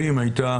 הייתה